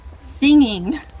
singing